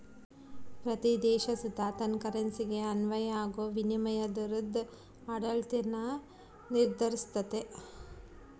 ಪ್ರತೀ ದೇಶ ಸುತ ತನ್ ಕರೆನ್ಸಿಗೆ ಅನ್ವಯ ಆಗೋ ವಿನಿಮಯ ದರುದ್ ಆಡಳಿತಾನ ನಿರ್ಧರಿಸ್ತತೆ